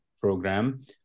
program